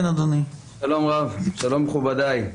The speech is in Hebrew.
שלום מכובדיי.